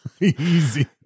easy